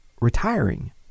retiring